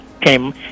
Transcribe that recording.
came